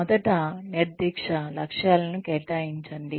మొదట నిర్దిష్ట లక్ష్యాలను కేటాయించండి